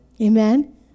Amen